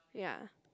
ya